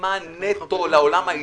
מה הנטו לעולם העסקי,